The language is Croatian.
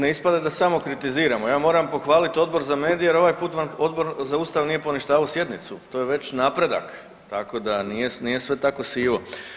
Da ne ispadne da samo kritiziramo, ja moram pohvaliti Odbor za medije jer ovaj put vam Odbor za Ustav nije poništavao sjednicu, to je već napredak, tako da nije sve tako sivo.